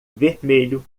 vermelho